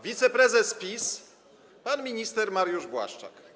Wiceprezes PiS pan minister Mariusz Błaszczak.